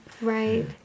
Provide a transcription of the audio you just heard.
Right